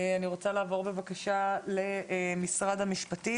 אני רוצה לעבור למשרד המשפטים,